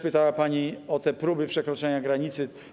Pytała pani też o te próby przekroczenia granicy.